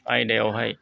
आयदायावहाय